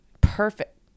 perfect